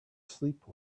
sleep